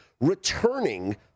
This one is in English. returning